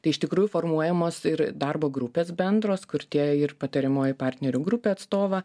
tai iš tikrųjų formuojamos ir darbo grupės bendros kur tie ir patariamoji partnerių grupė atstovą